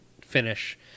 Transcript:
finish